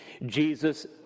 Jesus